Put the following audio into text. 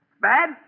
Bad